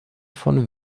von